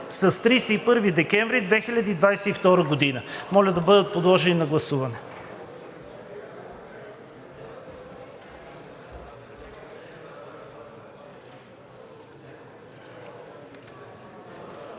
с „31 декември 2022 г.“ Моля да бъдат подложени на гласуване.